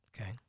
Okay